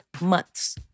months